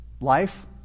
life